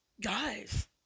guys